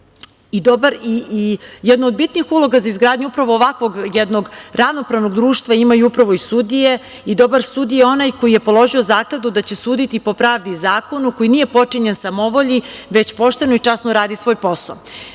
zemlje. Jedna od bitnih uloga za izgradnju ovakvog jednog ravnopravnog društva imaju upravo i sudije. Dobar sudija je onaj koji je položio zakletvu da će suditi po pravdi i zakonu, koji nije potčinjen samovolji, već pošteno i časno radi svoj